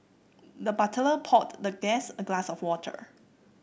the butler poured the guest a glass of water